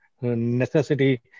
necessity